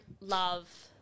love